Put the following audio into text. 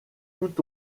tout